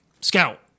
scout